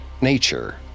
nature